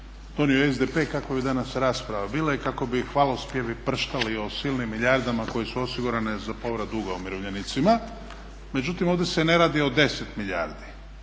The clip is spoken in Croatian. donio SDP kako bi danas rasprava bila i kako bi hvalospjevi prštali o silnim milijardama koje su osigurane za povrat duga umirovljenicima. Međutim ovdje se ne radi o 10 milijardi,